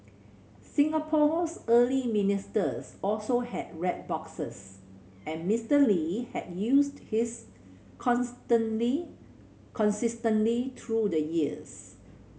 Singapore's early ministers also had red boxes and Mister Lee had used his consistently through the years